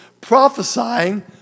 prophesying